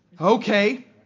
Okay